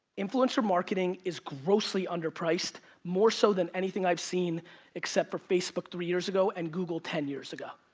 influencer marketing is grossly underpriced more so than anything i've seen except for facebook three years ago and google ten years ago.